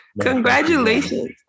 Congratulations